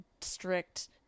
strict